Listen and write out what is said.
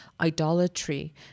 idolatry